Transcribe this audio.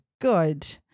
good